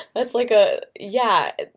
that's like a yeah,